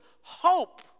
hope